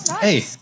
Hey